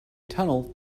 tunnel